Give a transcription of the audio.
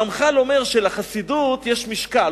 הרמח"ל אומר שלחסידות יש משקל.